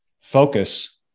focus